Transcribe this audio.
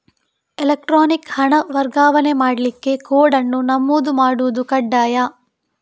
electronic ಹಣ ವರ್ಗಾವಣೆ ಮಾಡ್ಲಿಕ್ಕೆ ಕೋಡ್ ಅನ್ನು ನಮೂದು ಮಾಡುದು ಕಡ್ಡಾಯ